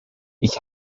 ich